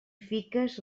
fiques